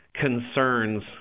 concerns